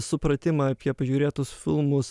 supratimą apie pažiūrėtus filmus